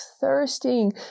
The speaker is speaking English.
thirsting